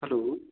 hello